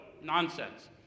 nonsense